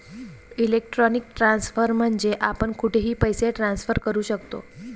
electronic transfer म्हणजे आपण कुठेही पैसे ट्रान्सफर करू शकतो